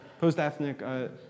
Post-ethnic